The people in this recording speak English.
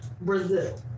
Brazil